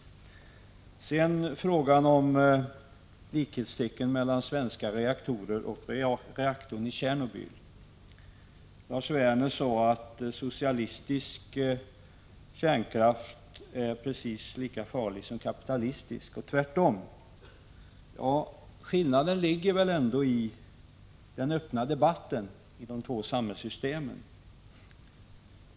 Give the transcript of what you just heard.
Sedan vill jag komma till frågan om likhetstecken mellan svenska reaktorer och reaktorn i Tjernobyl. Lars Werner sade att socialistisk kärnkraft är precis lika farlig som kapitalistisk och tvärtom. Ja, skillnaden ligger väl ändå i huruvida man har en öppen debatt eller inte i de båda samhällssystemen.